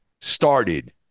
started